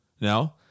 No